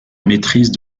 maîtrise